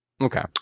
Okay